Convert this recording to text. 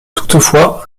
toutefois